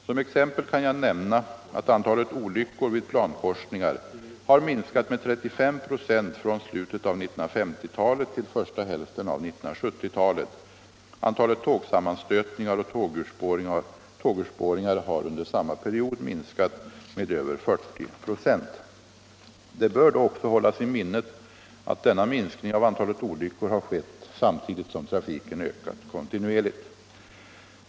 Som exempel kan jag nämna att antalet olyckor vid plankorsningar har minskat med 35 96 från slutet av 1950-talet till första hälften av 1970-talet. Antalet tågsammanstötningar och tågurspårningar har under samma period minskat med över 40 96. Det bör då också hållas i minnet att denna minskning av antalet olyckor har skett samtidigt som trafiken ökat kontinuerligt.